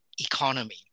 economy